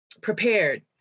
prepared